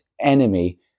enemy